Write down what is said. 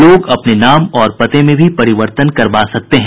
लोग अपने नाम और पते में भी परिवर्तन करवा सकते हैं